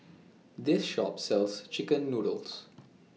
This Shop sells Chicken Noodles